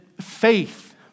faith